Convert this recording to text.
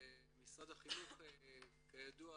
משרד החינוך כידוע,